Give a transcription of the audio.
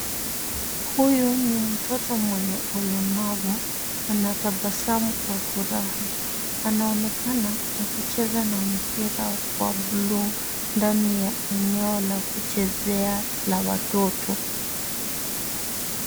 Huyu ni mtoto mwenye ulemavu anatabasamu kwa furaha. Anaonekana akicheza na mpira wa buluu ndani ya eneo la kuchezea la watoto.